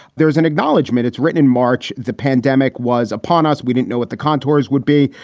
there is an acknowledgement. it's written in march. the pandemic was upon us. we didn't know what the contours would be.